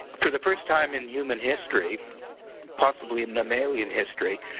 for the first time in human history possibly in the malian history,